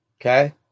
Okay